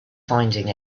finding